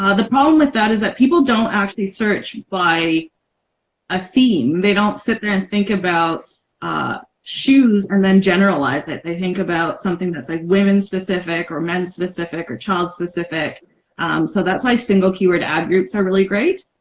ah the problem with that is that people don't actually search by a theme, they don't sit there and think about ah shoes and then generalize. it they think about something that's like women specific or men specific or child specific so that's why single keyword ad groups are really great